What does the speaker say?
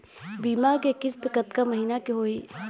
बीमा के किस्त कतका महीना के होही?